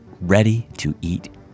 ready-to-eat